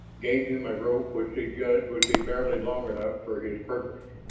gave him a rope which he judged would be barely long enough for his purpose.